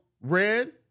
Red